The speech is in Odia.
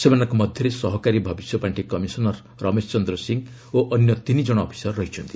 ସେମାନଙ୍କ ମଧ୍ଧରେ ସହକାରୀ ଭବିଷ୍ୟ ପାଶ୍ବି କମିଶନର ରମେଶ ଚନ୍ଦ୍ର ସିଂହ ଓ ଅନ୍ୟ ତିନି ଜଣ ଅଫିସର ଅଛନ୍ତି